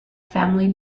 family